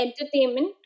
entertainment